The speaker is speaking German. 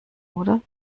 oder